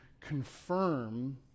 confirm